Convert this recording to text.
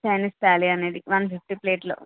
Chinese thali అనేది one fifty ప్లేట్లో